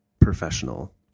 professional